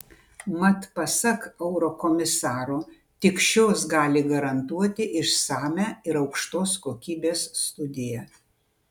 mat pasak eurokomisaro tik šios gali garantuoti išsamią ir aukštos kokybės studiją